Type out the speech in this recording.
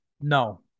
No